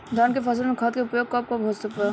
धान के फसल में खाद के उपयोग कब कब हो सकत बा?